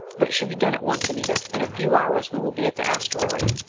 but it should be done at once, anita. in a few hours we will be at the asteroid.